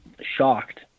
shocked